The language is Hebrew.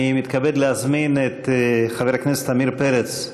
אני מתכבד להזמין את חבר הכנסת עמיר פרץ.